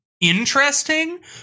interesting